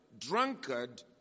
drunkard